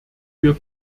wir